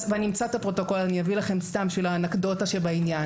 אני אמצא את הפרוטוקול ואני אביא לכם בשביל האנקדוטה שבעניין.